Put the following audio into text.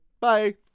Bye